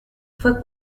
fue